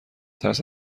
ترس